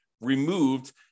removed